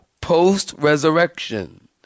post-resurrection